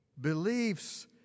Beliefs